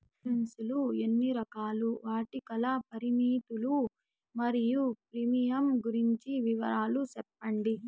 Insurance లు ఎన్ని రకాలు? వాటి కాల పరిమితులు మరియు ప్రీమియం గురించి వివరాలు సెప్పండి?